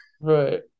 Right